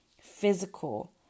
physical